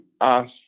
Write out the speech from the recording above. ask